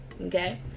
Okay